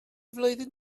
flwyddyn